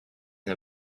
and